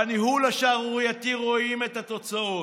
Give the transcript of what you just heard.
בניהול השערורייתי רואים את התוצאות.